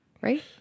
right